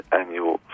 annual